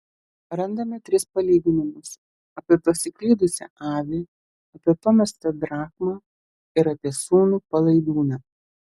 randame tris palyginimus apie pasiklydusią avį apie pamestą drachmą ir apie sūnų palaidūną